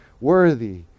Worthy